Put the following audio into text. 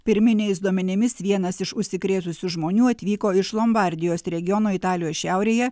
pirminiais duomenimis vienas iš užsikrėtusių žmonių atvyko iš lombardijos regiono italijos šiaurėje